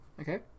Okay